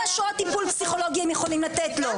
כמה שעות טיפול פסיכולוגי הם יכולים לתת לו?